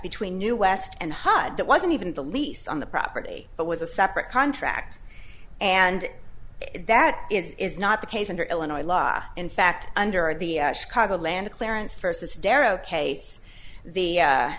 between new west and hud that wasn't even the lease on the property but was a separate contract and that is is not the case under illinois law in fact under the chicago land clarence versus darrow case the